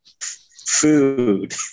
food